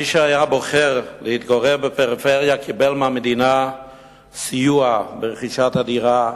מי שבחר להתגורר בפריפריה קיבל מהמדינה סיוע ברכישת הדירה,